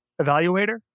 evaluator